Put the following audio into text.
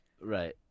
Right